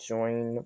Join